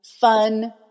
fun